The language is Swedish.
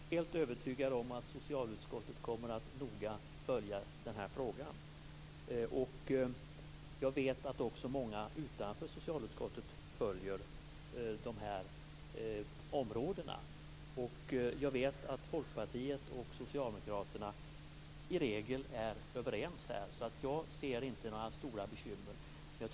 Fru talman! Jag är helt övertygad om att socialutskottet noga kommer att följa frågan. Jag vet att också många utanför socialutskottet följer vad som händer på området. Eftersom Folkpartiet och Socialdemokraterna i regel är överens här, ser jag inte några stora bekymmer.